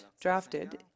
drafted